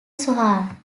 zohar